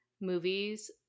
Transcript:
movies